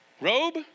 Robe